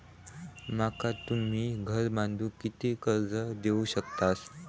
माका तुम्ही घर बांधूक किती कर्ज देवू शकतास?